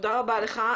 תודה רבה לך.